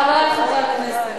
חברי חברי הכנסת,